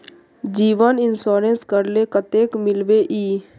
जीवन इंश्योरेंस करले कतेक मिलबे ई?